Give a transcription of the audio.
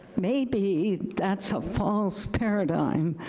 maybe that's a false paradigm.